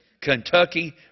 Kentucky